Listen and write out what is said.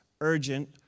urgent